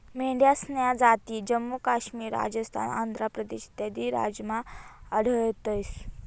मेंढ्यासन्या जाती जम्मू काश्मीर, राजस्थान, आंध्र प्रदेश इत्यादी राज्यमा आढयतंस